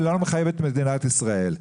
אבל לא מחייבת את מדינת ישראל.